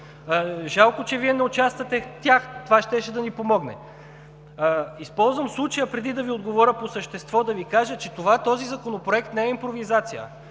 Жалко, че Вие не участвахте в тях – това щеше да ни помогне. Използвам случая, преди да Ви отговоря по същество, да Ви кажа, че този законопроект не е импровизация.